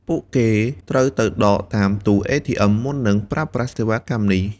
ពួកគេត្រូវទៅដកប្រាក់តាមទូATM មុននឹងប្រើប្រាស់សេវាកម្មនេះ។